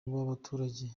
w’abaturage